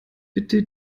bitte